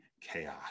chaos